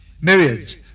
myriads